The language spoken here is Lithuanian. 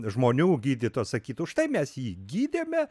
žmonių gydytojas sakytų štai mes jį gydėme